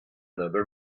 another